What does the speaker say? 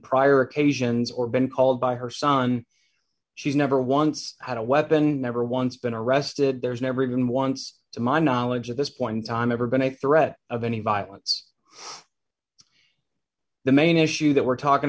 prior occasions or been called by her son she's never once had a weapon never once been arrested there's never been once to my knowledge at this point in time ever been a threat of any violence the main issue that we're talking